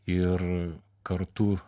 ir kartu